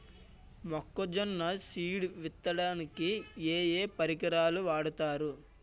మొక్కజొన్న సీడ్ విత్తడానికి ఏ ఏ పరికరాలు వాడతారు?